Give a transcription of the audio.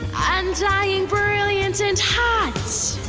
undying brilliant and hot